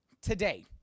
today